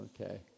Okay